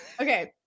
Okay